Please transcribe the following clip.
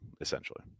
essentially